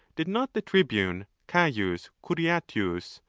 did not the tribune caius curiatius,